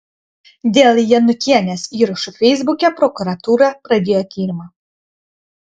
dėl janutienės įrašų feisbuke prokuratūra pradėjo tyrimą